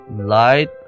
light